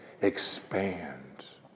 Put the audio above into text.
expands